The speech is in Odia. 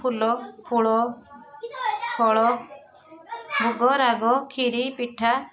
ଫୁଲ ଫଳ ଫଳ ଭୋଗ ରାଗ ଖିରି ପିଠା